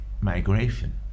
migration